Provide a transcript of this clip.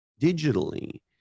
digitally